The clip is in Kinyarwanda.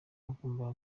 bagombaga